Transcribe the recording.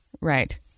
right